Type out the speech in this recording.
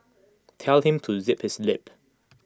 tell him to zip his lip